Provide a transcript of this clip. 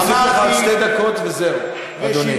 אני מוסיף לך עוד שתי דקות וזהו, אדוני.